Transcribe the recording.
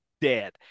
dead